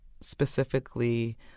specifically